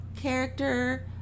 character